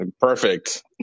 Perfect